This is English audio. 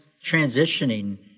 transitioning